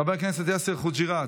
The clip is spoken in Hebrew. חבר הכנסת יאסר חוג'יראת,